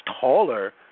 taller